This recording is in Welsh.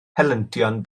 helyntion